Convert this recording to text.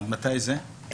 עד מתי זה?